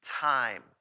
time